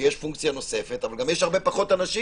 שיש פונקציה נוספת, אבל גם יש הרבה פחות אנשים.